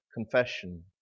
confession